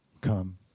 come